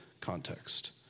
context